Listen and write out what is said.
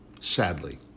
Sadly